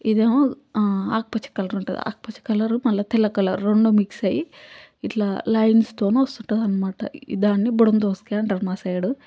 ఇదేమో ఆకుపచ్చ కలర్ ఉంటుంది ఆకుపచ్చ కలరు మళ్ళీ తెల్ల కలరు రెండూ మిక్స్ అయ్యి ఇట్లా లైన్స్తోను వస్తుంటుంది అనమాట దాన్ని బుడం దోసకాయ అంటారు మా సైడు